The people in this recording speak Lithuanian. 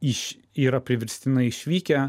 iš yra priverstinai išvykę